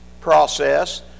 process